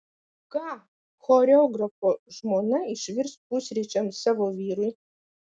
ką choreografo žmona išvirs pusryčiams savo vyrui